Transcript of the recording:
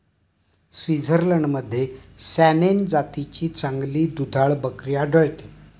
स्वित्झर्लंडमध्ये सॅनेन जातीची चांगली दुधाळ बकरी आढळते